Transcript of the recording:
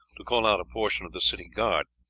to call out a portion of the city guard,